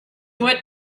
what